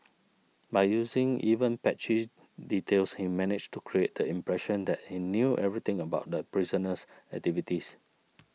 by using even patchy details he managed to create the impression that he knew everything about the prisoner's activities